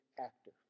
actor